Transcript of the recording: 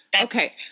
Okay